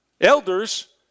elders